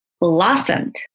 blossomed